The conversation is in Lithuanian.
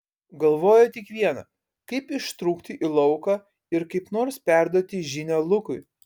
galvojo tik viena kaip ištrūkti į lauką ir kaip nors perduoti žinią lukui